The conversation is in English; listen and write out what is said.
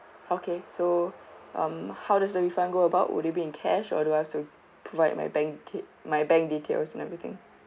okay so um how does the refund go about would it be in cash or do I have to provide my bank ti~ my bank details and everything